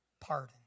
pardon